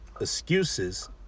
excuses